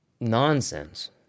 nonsense